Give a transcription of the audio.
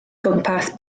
gwmpas